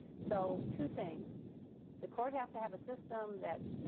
so two things the court has to have a system that